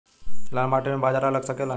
लाल माटी मे बाजरा लग सकेला?